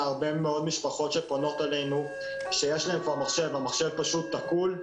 הרבה מאוד משפחות שפונות אלינו שיש להן כבר מחשב אבל המחשב פשוט תקול,